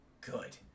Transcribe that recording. good